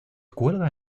cuelga